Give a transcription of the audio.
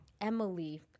Emily